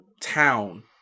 town